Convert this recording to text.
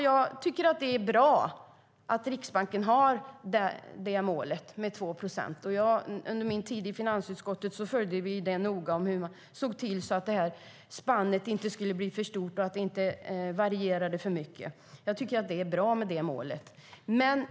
Jag tycker att det är bra att Riksbanken har målet 2 procent. Under min tid i finansutskottet följde vi noga hur man ser till att spannet inte blir för stort eller varierar för mycket. Jag tycker att det målet är bra.